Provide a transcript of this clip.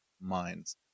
minds